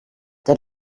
der